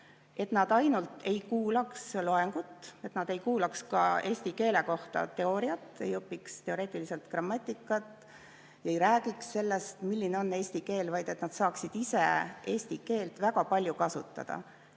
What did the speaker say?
Et nad ainult ei kuulaks loengut, et nad ei kuulaks ka eesti keele kohta teooriat, ei õpiks teoreetiliselt grammatikat, ei räägiks sellest, milline on eesti keel, vaid et nad saaksid ise eesti keelt väga palju kasutada.